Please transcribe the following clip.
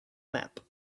map